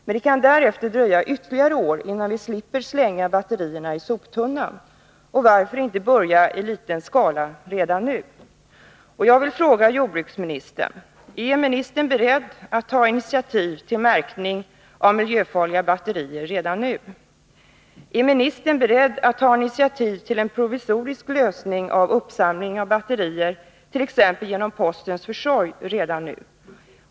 Men det kan därefter dröja ytterligare år innan vi slipper slänga batterierna i soptunnan. Varför inte börja i liten skala redan nu? Är jordbruksministern beredd att ta initiativ till en provisorisk lösning av uppsamling av batterier t.ex. genom postens försorg redan nu?